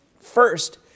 First